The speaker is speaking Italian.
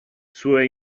sua